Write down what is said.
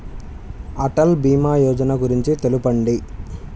అటల్ భీమా యోజన గురించి తెలుపండి?